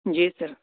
جی سر